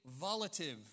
volative